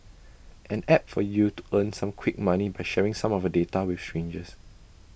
an app for you to earn some quick money by sharing some of your data with strangers